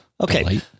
Okay